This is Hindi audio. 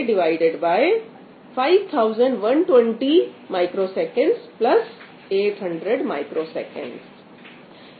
यह लगभग 90 MFLOPS है